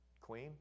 queen